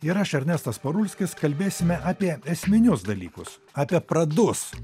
ir aš ernestas parulskis kalbėsime apie esminius dalykus apie pradus